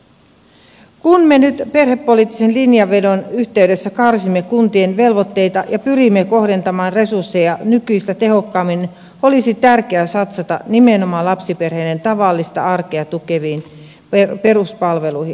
kun me nyt perhepoliittisen linjanvedon yh teydessä karsimme kuntien velvoitteita ja pyrimme kohdentamaan resursseja nykyistä tehokkaammin olisi tärkeää satsata nimenomaan lapsiperheiden tavallista arkea tukeviin peruspalveluihin